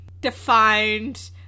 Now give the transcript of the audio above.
defined